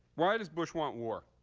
why does bush want war?